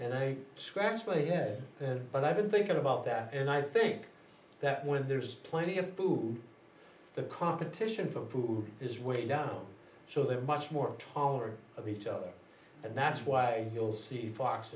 and i scratch my head but i've been thinking about that and i think that when there's plenty of food the competition for food is way down so they're much more tolerant of each other and that's why you'll see fox